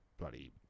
bloody